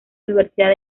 universidad